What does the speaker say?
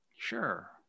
sure